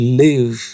live